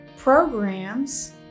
Programs